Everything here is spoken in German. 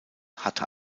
hatte